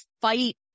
fight